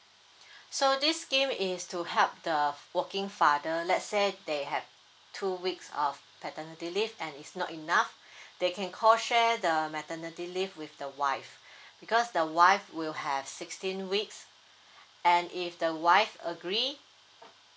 so this scheme is to help the f~ working father let's say they have two weeks of paternity leave and is not enough they can co share the maternity leave with the wife because the wife will have sixteen weeks and if the wife agree